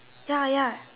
ya ya